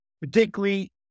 particularly